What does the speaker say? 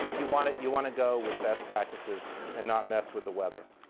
i mean you want you want to go with best practices and not mess with the weather.